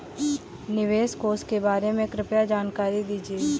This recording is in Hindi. निवेश कोष के बारे में कृपया जानकारी दीजिए